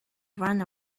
ran